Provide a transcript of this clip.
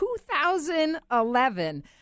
2011